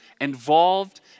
involved